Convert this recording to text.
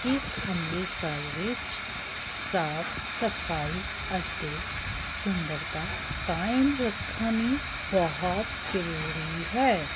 ਇਸ ਅੰਮ੍ਰਿਤਸਰ ਵਿੱਚ ਸਾਫ਼ ਸਫ਼ਾਈ ਅਤੇ ਸੁੰਦਰਤਾ ਕਾਇਮ ਰੱਖਣੀ ਬਹੁਤ ਜ਼ਰੂਰੀ ਹੈ